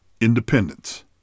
independence